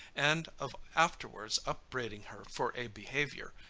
and of afterwards upbraiding her for a behavior,